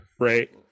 right